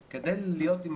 אני יודע להביע את